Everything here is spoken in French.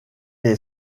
est